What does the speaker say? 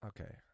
okay